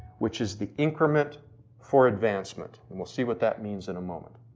which is the increment for advancement and we'll see what that means in a moment.